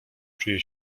czuje